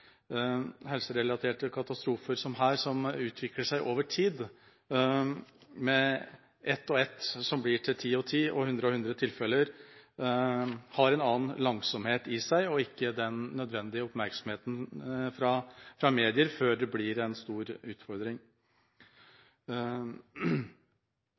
Helserelaterte katastrofer, som her, som utvikler seg over tid – med ett og ett tilfelle som blir til ti og ti og hundre og hundre – har en annen langsomhet i seg og får ikke den nødvendige oppmerksomheten fra mediene før det blir en stor utfordring.